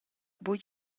buca